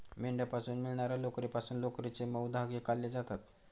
मेंढ्यांपासून मिळणार्या लोकरीपासून लोकरीचे मऊ धागे काढले जातात